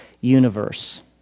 universe